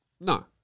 No